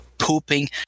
pooping